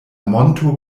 monto